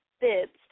bibs